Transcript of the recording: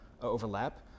overlap